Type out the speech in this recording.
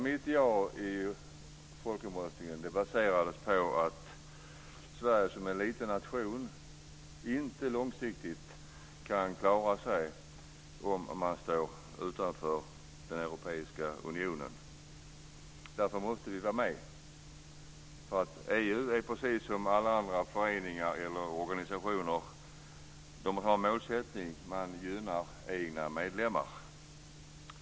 Mitt ja i folkomröstningen baserades på att Sverige, som är en liten nation, inte långsiktigt kan klara sig om man står utanför den europeiska unionen. Därför måste vi vara med. EU har samma målsättning som alla andra föreningar eller organisationer: Man gynnar egna medlemmar.